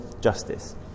justice